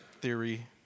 theory